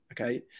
okay